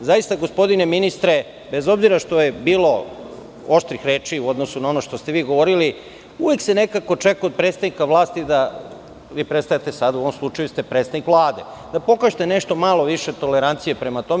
Zaista gospodine ministre bez obzira što je bilo oštrih reči u odnosu na ono što ste vi govorili uvek se nekako očekuje od predstavnika vlasti, a vi ste u ovom slučaju predstavnik Vlade, da pokažete nešto malo više tolerancije prema tome.